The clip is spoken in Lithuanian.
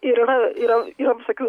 ir yra yra yra visokių